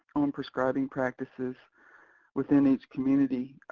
on prescribing practices within each community.